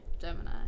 Gemini